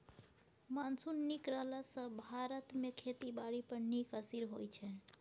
monsoon नीक रहला सँ भारत मे खेती बारी पर नीक असिर होइ छै